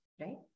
right